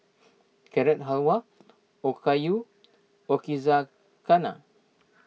Carrot Halwa Okayu Yakizakana